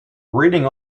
reading